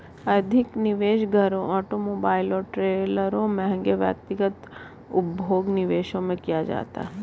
अधिक निवेश घरों ऑटोमोबाइल और ट्रेलरों महंगे व्यक्तिगत उपभोग्य निवेशों में किया जाता है